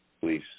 please